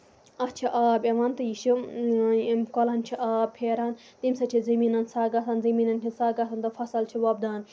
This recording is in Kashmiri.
اَتھ چھِ آب یِوان تہٕ یہِ چھِ یِم کۄلن چھِ آب پھیران تٔمۍ سۭتۍ چھِ زٔمیٖنَن سَگ آسان زٔمیٖنن ہِنٛز سگ آسان تہٕ فصل چھِ وۄبدان